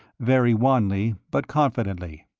very wanly, but confidently.